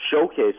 showcase